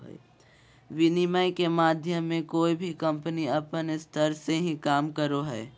विनिमय के माध्यम मे कोय भी कम्पनी अपन स्तर से ही काम करो हय